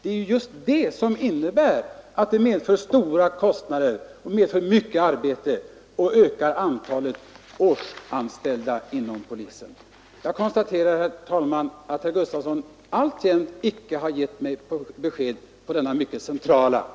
En utredning medför stora kostnader, mycket arbete och ökar antalet årsanställda inom polisen. Jag konstaterar, herr talman, att herr Gustafson alltjämt inte har givit mig svar på denna mycket centrala fråga.